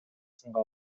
сынга